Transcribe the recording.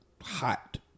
hot